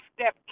step